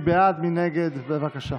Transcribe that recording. הצבעה.